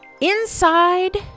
Inside